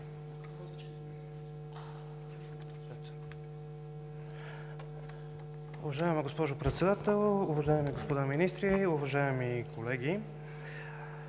Уважаема госпожо Председател, уважаеми господа министри, уважаеми колеги!